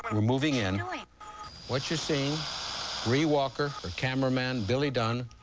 and we're moving in. what you're seeing. bree walker, ah cameraman billy dunn.